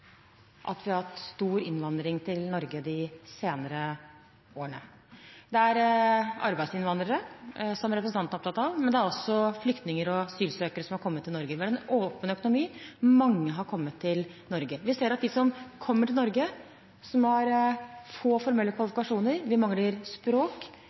at forskjellene øker at vi har hatt stor innvandring til Norge de senere årene. Det er arbeidsinnvandrere, som representanten er opptatt av, men også flyktninger og asylsøkere som har kommet til Norge. Vi har en åpen økonomi, og det er mange som har kommet til Norge. Vi ser at de som kommer til Norge, har få formelle kvalifikasjoner. De mangler språk,